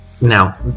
Now